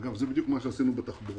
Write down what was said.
אגב, זה בדיוק מה שעשינו בתחבורה.